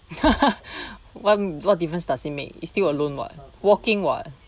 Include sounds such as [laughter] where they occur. [laughs] what what difference does it make it still alone [what] walking [what]